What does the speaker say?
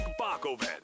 bakoven